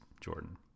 Jordan